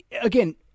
again